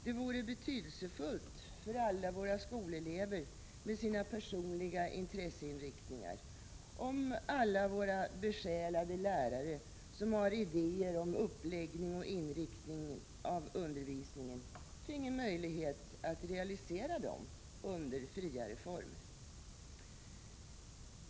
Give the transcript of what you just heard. Det vore betydelsefullt för alla våra skolelever, med sina personliga intresseinriktningar, om alla våra besjälade lärare som har idéer om uppläggning och inriktning av undervisningen finge möjlighet att realisera dem under friare former.